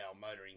motoring